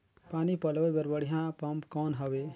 पानी पलोय बर बढ़िया पम्प कौन हवय?